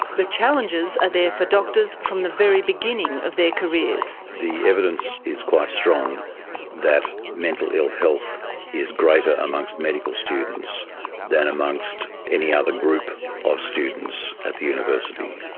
the challenges are there for doctors from the very beginning of their careers. the evidence is quite strong that mental ill health is greater amongst medical students than amongst any other group of students at the university.